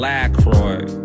Lacroix